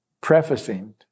prefacing